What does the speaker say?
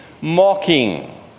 mocking